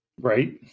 Right